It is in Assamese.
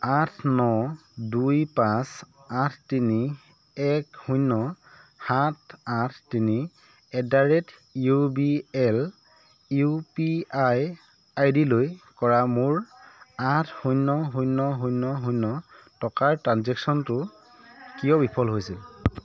আঠ ন দুই পাঁচ আঠ তিনি এক শূন্য সাত আঠ তিনি at the rate U B L U P I আইডিলৈ কৰা মোৰ আঠ শূন্য শূন্য শূন্য শূন্য টকাৰ ট্ৰেঞ্জেকশ্যনটো কিয় বিফল হৈছিল